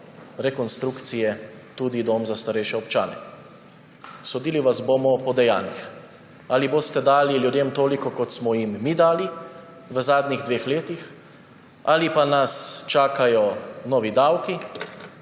rekonstrukcije, tudi dom za starejše občane. Sodili vas bomo po dejanjih, ali boste dali ljudem toliko, kot smo jim mi dali v zadnjih dveh letih, ali pa nas čakajo novi davki,